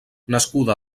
nascuda